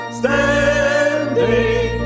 standing